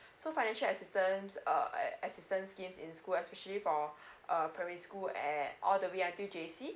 so financial assistance uh a~ assistance scheme in school especially for uh primary school and all the way until J_C